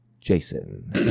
Jason